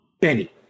Benny